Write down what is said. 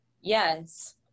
Yes